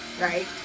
right